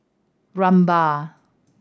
Rumbia